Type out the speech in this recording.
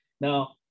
Now